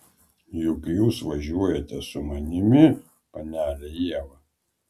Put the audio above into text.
juk jūs važiuojate su manimi panele ieva